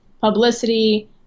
publicity